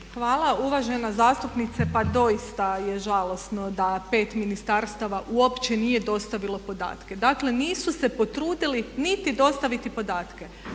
Hvala. Uvažena zastupnica, pa doista je žalosno da pet ministarstava uopće nije dostavilo podatke. Dakle, nisu se potrudili niti dostaviti podatke